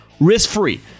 risk-free